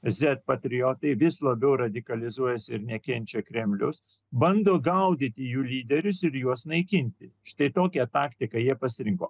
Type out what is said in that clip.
z patriotai vis labiau radikalizuojasi ir nekenčia kremlius bando gaudyti jų lyderius ir juos naikinti štai tokią taktiką jie pasirinko